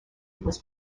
was